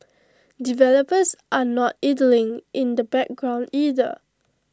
developers are not idling in the background either